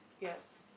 Yes